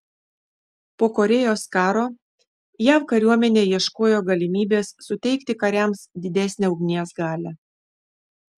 po korėjos karo jav kariuomenė ieškojo galimybės suteikti kariams didesnę ugnies galią